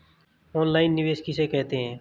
Online निवेश किसे कहते हैं?